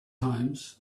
times